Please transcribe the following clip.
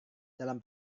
dalam